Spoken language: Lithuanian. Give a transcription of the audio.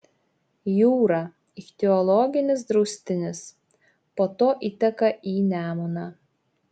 jūra ichtiologinis draustinis po to įteka į nemuną